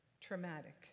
traumatic